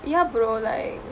ya brother like